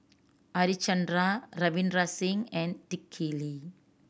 Harichandra Ravinder Singh and Dick Lee